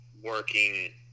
working